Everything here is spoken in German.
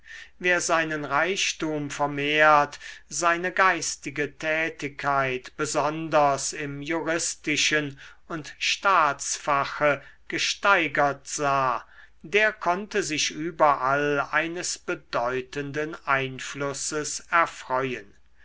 wer seinen reichtum vermehrt seine geistige tätigkeit besonders im juristischen und staatsfache gesteigert sah der konnte sich überall eines bedeutenden einflusses erfreuen